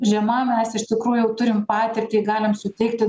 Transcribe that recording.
žema mes iš tikrųjų turim patirtį galim suteikti